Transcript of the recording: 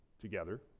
together